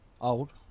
old